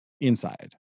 inside